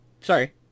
Sorry